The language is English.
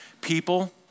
People